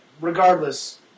regardless